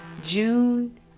june